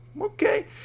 okay